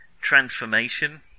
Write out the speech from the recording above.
transformation